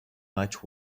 much